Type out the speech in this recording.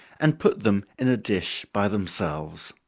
and put them in a dish by themselves.